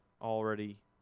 already